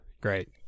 great